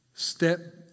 step